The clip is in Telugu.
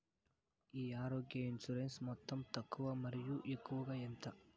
ఈ ఆరోగ్య ఇన్సూరెన్సు మొత్తం తక్కువ మరియు ఎక్కువగా ఎంత?